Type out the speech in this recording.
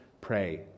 pray